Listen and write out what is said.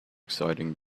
exciting